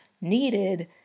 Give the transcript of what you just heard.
needed